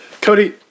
Cody